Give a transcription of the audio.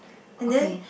and then